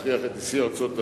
מכריח את נשיא ארצות-הברית,